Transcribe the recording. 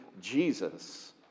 Jesus